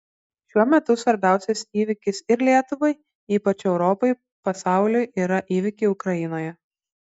šiuo metu svarbiausias įvykis ir lietuvai ypač europai pasauliui yra įvykiai ukrainoje